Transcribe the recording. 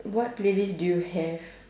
what playlist do you have